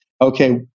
Okay